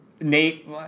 Nate